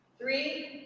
Three